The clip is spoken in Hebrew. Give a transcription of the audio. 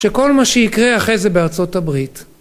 שכל מה שיקרה אחרי זה בארצות הברית